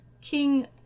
King